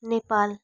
Nepal